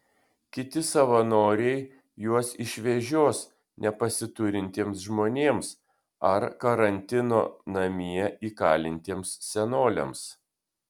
kiti savanoriai juos išvežios nepasiturintiems žmonėms ar karantino namie įkalintiems senoliams